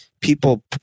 people